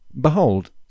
Behold